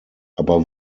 aber